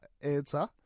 answer